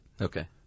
Okay